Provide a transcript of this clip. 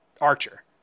Archer